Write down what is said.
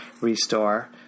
Restore